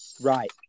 right